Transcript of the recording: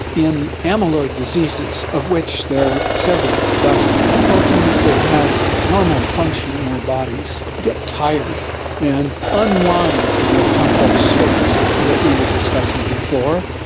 in amyloid diseases, of which there are several dozen, proteins that have normal function in our bodies get tired and unwind from their complex shapes that we were discussing before,